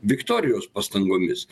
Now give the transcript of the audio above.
viktorijos pastangomis